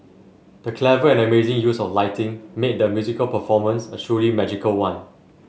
the clever and amazing use of lighting made the musical performance a truly magical one